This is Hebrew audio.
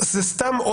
זה סתם.